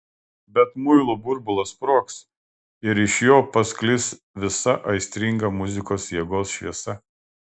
bet muilo burbulas sprogs ir iš jo pasklis visa aistringa muzikos jėgos šviesa